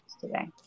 today